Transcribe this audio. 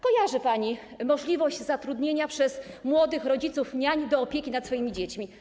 Kojarzy pani możliwość zatrudnienia przez młodych rodziców niań do opieki nad swoimi dziećmi?